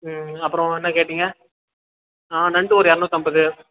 ம் அப்புறம் என்ன கேட்டிங்க ஆ நண்டு ஒரு இரநூத்தம்பது